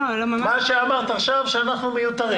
אמרת עכשיו שאנחנו מיותרים.